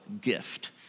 gift